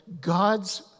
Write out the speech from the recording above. God's